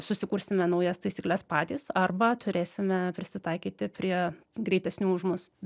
susikursime naujas taisykles patys arba turėsime prisitaikyti prie greitesnių už mus